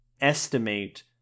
estimate